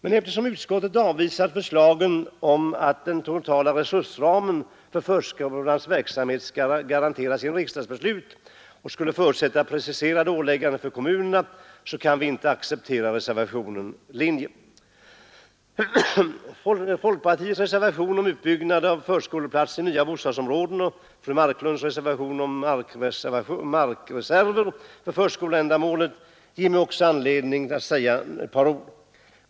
Men eftersom utskottet avvisat förslaget om att den totala resursramen för förskolans verksamhet skall garanteras genom riksdagsbeslut, vilket skulle förutsätta preciserade ålägganden för kommunerna, så kan vi inte acceptera reservationens linje. Folkpartiets reservation om utbyggnad av förskoleplatser i nya bostadsområden och fru Marklunds reservation om markreservation för förskoleändamål ger mig anledning att säga några ord.